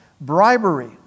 Bribery